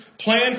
plan